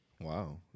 wow